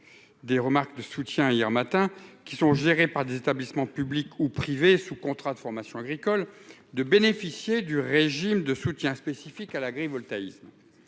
des remarques de soutien hier matin qui sont gérés par des établissements publics ou privés sous contrat de formation agricole de bénéficier du régime de soutien spécifique à l'agrivoltaïsme,